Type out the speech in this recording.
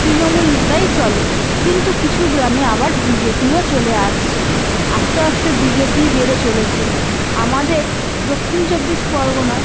তৃণমূল নেতাই চলে কিন্তু কিছু গ্রামে আবার বিজেপিও চলে আসছে আস্তে আস্তে বিজেপি বেড়ে চলেছে আমাদের দক্ষিণ চব্বিশ পরগনায়